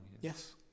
Yes